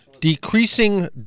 decreasing